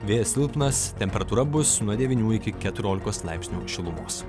vėjas silpnas temperatūra bus nuo devynių iki keturiolikos laipsnių šilumos